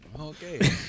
Okay